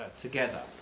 together